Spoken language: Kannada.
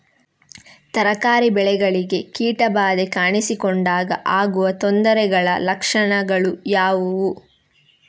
ತರಕಾರಿ ಬೆಳೆಗಳಿಗೆ ಕೀಟ ಬಾಧೆ ಕಾಣಿಸಿಕೊಂಡಾಗ ಆಗುವ ತೊಂದರೆಗಳ ಲಕ್ಷಣಗಳು ಯಾವುವು?